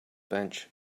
bench